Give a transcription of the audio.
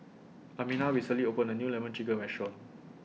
Amina recently opened A New Lemon Chicken Restaurant